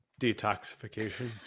detoxification